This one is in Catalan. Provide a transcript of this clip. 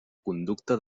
conducta